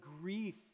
grief